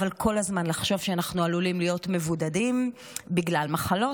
אבל כל הזמן לחשוב שאנחנו עלולים להיות מבודדים בגלל מחלות,